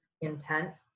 intent